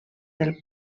del